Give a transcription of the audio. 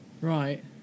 Right